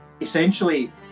essentially